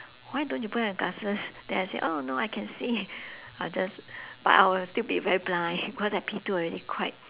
why don't you put on your glasses then I say oh no I can see I'll just but I will still be very blind because at P two already quite